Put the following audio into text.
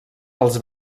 els